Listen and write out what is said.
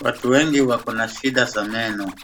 Watu wengi wako na shida za meno.